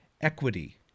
equity